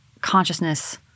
consciousness